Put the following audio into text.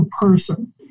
person